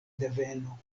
deveno